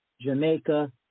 Jamaica